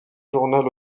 journal